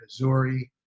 Missouri